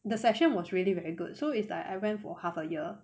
the session was really very good so it's like I went for half a year